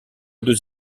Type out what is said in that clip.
deux